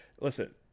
listen